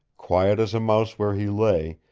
quiet as a mouse where he lay,